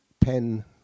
pen